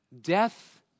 Death